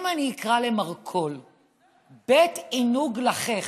אם אני אקרא למרכול בית עינוג לחך,